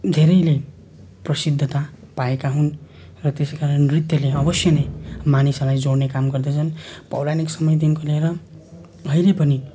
धेरैले प्रसिद्धता पाएका हुन् र त्यसैकारण नृत्यले अवश्य नै मानिसहरूलाई जोड्ने काम गर्दछन् पौराणिक समयदेखिको लिएर अहिले पनि